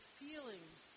feelings